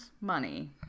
money